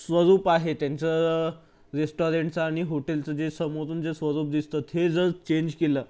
स्वरूप आहे त्यांचं रेस्टारेंटचं आणि हॉटेलचं जे समोरून जे स्वरूप दिसतं ते जर चेंज केलं